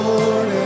Lord